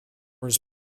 his